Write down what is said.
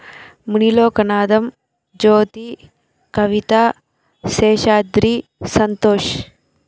మునిలోకనాదం Jyoti Kavita Seshadri Santosh